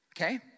Okay